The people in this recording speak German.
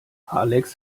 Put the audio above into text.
alex